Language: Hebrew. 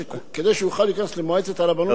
שכדי שהוא יוכל להיכנס למועצת הרבנות הראשית,